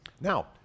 Now